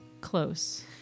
close